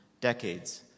decades